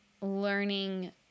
learning